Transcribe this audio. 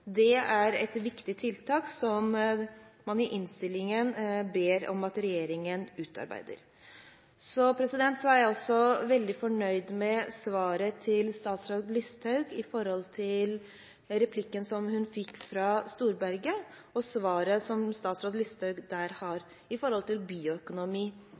Det er et viktig tiltak som man i innstillingen ber regjeringen utarbeide. Jeg er også veldig fornøyd med det svaret statsråd Listhaug gir på replikken hun fikk fra Storberget om bioøkonomi, hvor hun sier at ja, en merknad skal følges opp av regjering. Det er godt, det er godt på denne merknaden, og